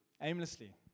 Aimlessly